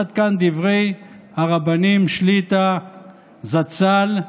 עד כאן דברי הרבנים שליט"א זצ"ל,